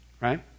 right